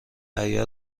عیار